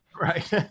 Right